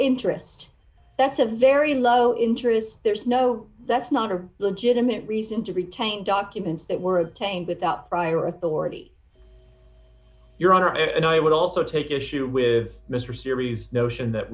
interest that's a very low interest there's no that's not a legitimate reason to retain documents that were obtained without prior authority your honor and i would also take issue with mr series notion that